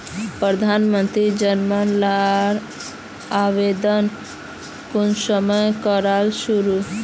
प्रधानमंत्री योजना लार आवेदन कुंसम करे करूम?